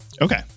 Okay